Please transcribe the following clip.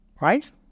right